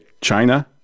China